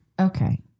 Okay